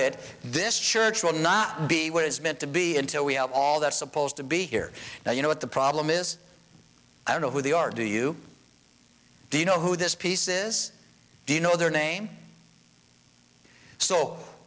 that this church will not be what is meant to be until we have all that's supposed to be here now you know what the problem is i don't know who they are do you do you know who this piece is do you know their name so